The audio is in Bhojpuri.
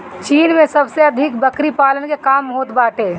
चीन में सबसे अधिक बकरी पालन के काम होत बाटे